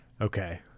Okay